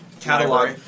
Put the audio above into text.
catalog